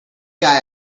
guy